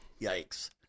Yikes